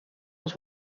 ons